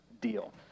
deal